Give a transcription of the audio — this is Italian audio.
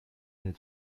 nel